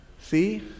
See